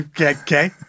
Okay